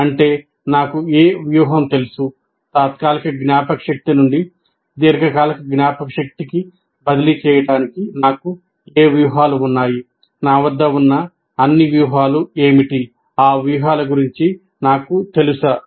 అంటే నాకు ఏ వ్యూహం తెలుసు తాత్కాలిక జ్ఞాపకశక్తి నుండి దీర్ఘకాలిక జ్ఞాపకశక్తికి బదిలీ చేయడానికి నాకు ఏ వ్యూహాలు ఉన్నాయి నా వద్ద ఉన్న అన్ని వ్యూహాలు ఏమిటి ఆ వ్యూహాల గురించి నాకు తెలుసా